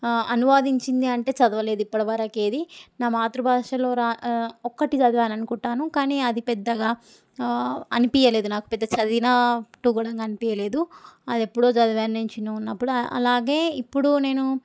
అనువాదించింది అంటే చదవలేదు ఇప్పటి వరకు ఏదీ నా మాతృభాషలో రా ఒక్కటి చదివాను అనుకుంటాను కానీ అది పెద్దగా అనిపించలేదు నాకు పెద్ద చదివినట్టు కూడా అనిపించలేదు అది ఎప్పుడో చదివాను నేను చిన్నగా ఉన్నప్పుడు అలాగే ఇప్పుడు నేను